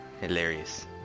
Hilarious